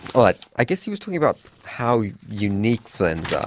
but i guess he was talking about how unique friends are.